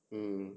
mm